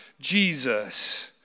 Jesus